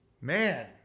Man